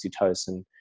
oxytocin